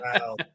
wow